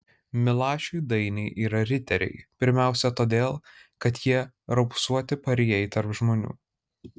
milašiui dainiai yra riteriai pirmiausia todėl kad jie raupsuoti parijai tarp žmonių